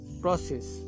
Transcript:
process